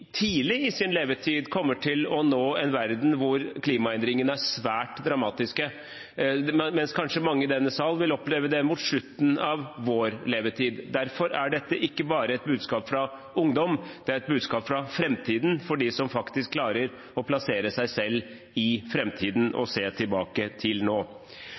sin levetid kommer til å nå en verden hvor klimaendringene er svært dramatiske, mens kanskje mange i denne sal vil oppleve det mot slutten av sin levetid. Derfor er dette ikke bare et budskap fra ungdom, det er et budskap fra framtiden for dem som faktisk klarer å plassere seg selv i framtiden og se tilbake til